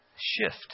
shift